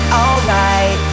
alright